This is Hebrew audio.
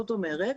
זאת אומרת,